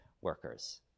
workers